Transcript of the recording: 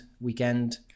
weekend